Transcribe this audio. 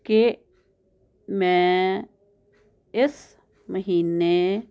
ਕਿ ਮੈਂ ਇਸ ਮਹੀਨੇ